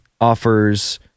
offers